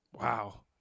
Wow